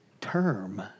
term